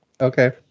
Okay